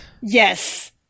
Yes